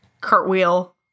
cartwheel